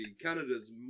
Canada's